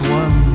one